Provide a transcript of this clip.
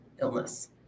illness